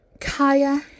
Kaya